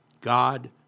God